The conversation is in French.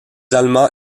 allemands